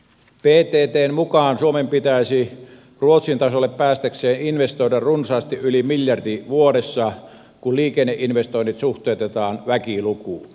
pttn mukaan suomen pitäisi ruotsin tasolle päästäkseen investoida runsaasti yli miljardi vuodessa kun liikenneinvestoinnit suhteutetaan väkilukuun